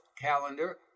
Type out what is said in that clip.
calendar